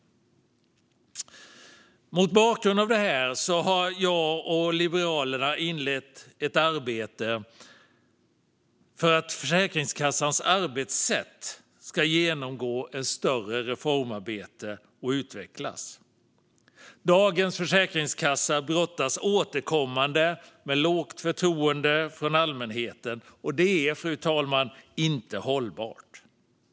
Mot bakgrund av detta har jag och Liberalerna inlett ett arbete för att Försäkringskassans arbetssätt ska genomgå ett större reformarbete och utvecklas. Dagens försäkringskassa brottas återkommande med lågt förtroende från allmänheten. Detta är inte hållbart, fru talman.